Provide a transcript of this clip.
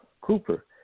Cooper